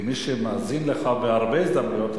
כמי שמאזין לך בהרבה הזדמנויות,